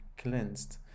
cleansed